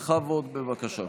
בכבוד, בבקשה.